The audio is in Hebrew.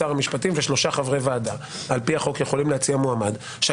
שר המשפטים ושלושה חברי ועדה שעל פי החוק יכולים להציע מועמד יכול